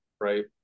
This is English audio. right